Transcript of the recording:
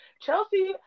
Chelsea